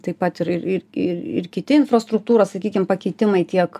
taip pat ir ir ir ir kiti infrastruktūros sakykim pakeitimai tiek